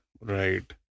Right